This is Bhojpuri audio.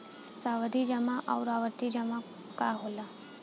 सावधि जमा आउर आवर्ती जमा का होखेला?